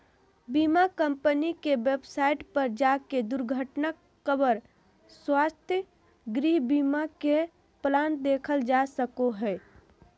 बीमा कम्पनी के वेबसाइट पर जाके दुर्घटना कवर, स्वास्थ्य, गृह बीमा के प्लान देखल जा सको हय